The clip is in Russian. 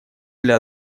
для